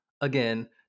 Again